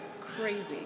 crazy